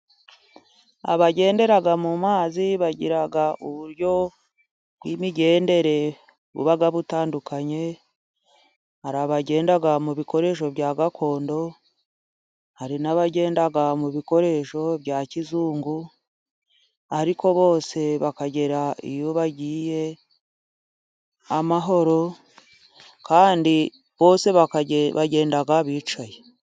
Abagendera mu mazi bagira uburyo bw'imigendere buba butandukanye. Hari abagenda mu bikoresho bya gakondo, hari n'abagenda baba mu bikoresho bya kizungu. Ariko bose bakagera iyo bagiye amahoro kandi bose bagenda bicaye.